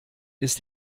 ist